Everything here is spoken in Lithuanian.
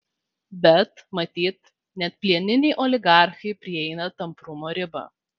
bet matyt net plieniniai oligarchai prieina tamprumo ribą